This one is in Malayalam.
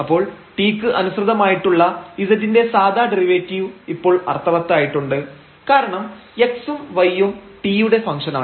അപ്പോൾ t ക്ക് അനുസൃതമായിട്ടുള്ള z ന്റെ സാധാ ഡെറിവേറ്റീവ് ഇപ്പോൾ അർത്ഥവത്തായിട്ടുണ്ട് കാരണം x ഉം y ഉം t യുടെ ഫംഗ്ഷനാണ്